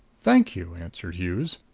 thank you, answered hughes.